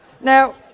Now